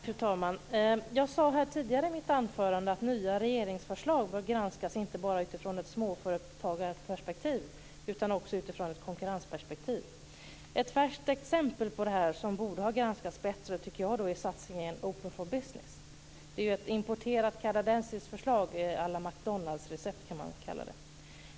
Fru talman! Jag sade tidigare i mitt anförande att nya regeringsförslag bör granskas, inte bara utifrån ett småföretagarperspektiv utan också utifrån ett konkurrensperspektiv. Ett färskt exempel på detta som borde ha granskats bättre är satsningen på Open for Business. Det är ju ett importerat kanadensiskt förlag à la McDonaldsrecept.